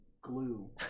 glue